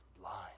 blind